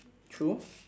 true